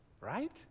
right